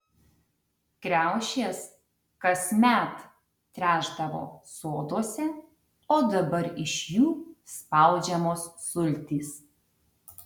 kriaušės kasmet trešdavo soduose o dabar iš jų spaudžiamos sultys